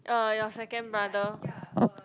uh your second brother